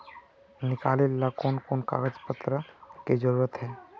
निकाले ला कोन कोन कागज पत्र की जरूरत है?